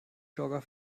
jogger